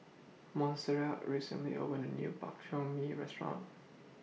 Montserrat recently opened A New Bak Chor Mee Restaurant